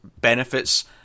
benefits